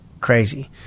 crazy